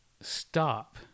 stop